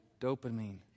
dopamine